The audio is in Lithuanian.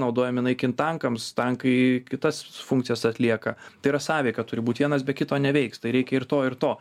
naudojami naikint tankams tankai kitas funkcijas atlieka tai yra sąveika turi būt vienas be kito neveiks tai reikia ir to ir to